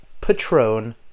Patron